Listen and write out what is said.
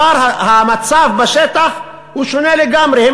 המצב בשטח כבר שונה לגמרי.